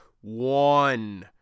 One